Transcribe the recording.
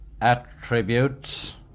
attributes